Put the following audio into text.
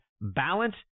balance